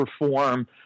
perform